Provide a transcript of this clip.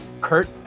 Kurt